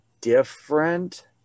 different